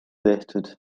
tehtud